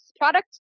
product